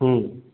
ହୁଁ